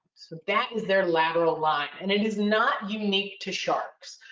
so that is their lateral line and it is not unique to sharks.